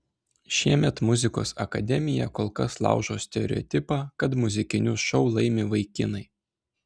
šiemet muzikos akademija kol kas laužo stereotipą kad muzikinius šou laimi vaikinai